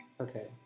Okay